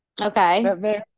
Okay